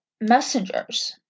messengers